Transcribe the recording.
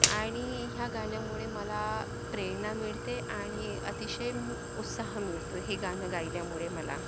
आणि ह्या गाण्यामुळे मला प्रेरणा मिळते आणि आतिशय उत्साह मिळतो हे गाणं गायल्यामुळे मला